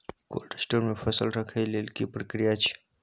Cold store मे फसल रखय लेल की प्रक्रिया अछि?